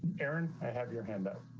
and aaron, i have your hand up.